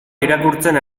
irakurtzen